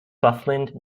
southland